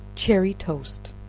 cherry toast.